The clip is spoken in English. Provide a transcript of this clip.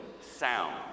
sound